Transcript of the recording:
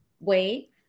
Wait